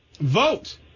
Vote